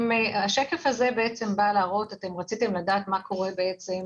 השקף הזה בא להראות רציתם לדעת מה קורה עם